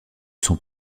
sont